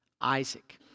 Isaac